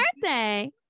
birthday